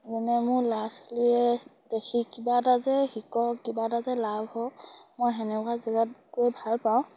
যেনে মোৰ ল'ৰা ছোৱালীয়ে দেখি কিবা এটা যে শিকক কিবা এটা যে লাভ হওক মই সেনেকুৱা জেগাত গৈ ভাল পাওঁ